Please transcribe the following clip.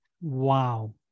Wow